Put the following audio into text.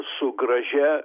su gražia